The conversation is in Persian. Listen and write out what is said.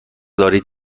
دارید